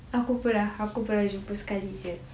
aku pernah aku pernah jumpa dia sekali aje